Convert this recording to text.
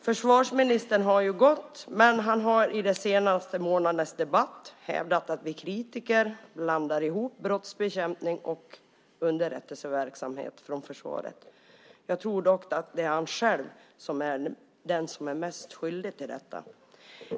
Försvarsministern har ju gått från kammaren, men han har i den senaste månadens debatt hävdat att vi kritiker blandar ihop brottsbekämpning och underrättelseverksamhet från försvaret. Jag tror dock att det är han själv som är den som är mest skyldig till detta.